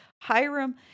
Hiram